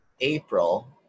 April